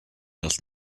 das